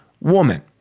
woman